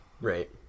Right